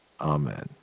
Amen